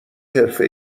حرفه